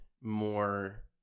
more